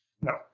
No